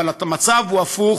אבל המצב הוא הפוך,